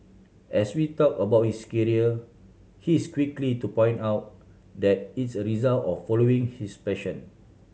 as we talk about his career he is quickly to point out that it's a result of following his passion